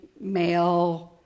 male